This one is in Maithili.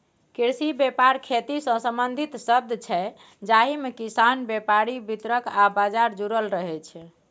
कृषि बेपार खेतीसँ संबंधित शब्द छै जाहिमे किसान, बेपारी, बितरक आ बजार जुरल रहय छै